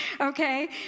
okay